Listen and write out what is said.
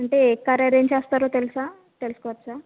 అంటే ఏ car arrange చేస్తారో తెలుసా తెలుసుకోవచ్చా